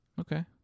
Okay